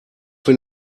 wenn